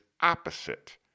opposite